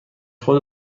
خود